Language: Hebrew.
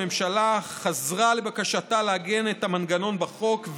הממשלה חזרה על בקשתה לעגן את המנגנון בחוק,